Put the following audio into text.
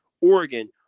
Oregon